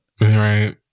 Right